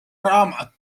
raamat